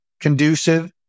conducive